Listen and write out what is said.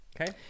Okay